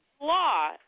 Law